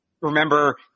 Remember